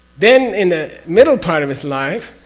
then in the middle part of his life,